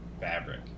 fabric